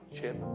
chip